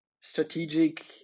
strategic